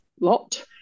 lot